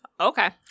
Okay